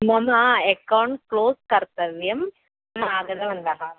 मम account close कर्तव्यम् अहं आगतवन्तः